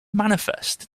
manifest